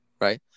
right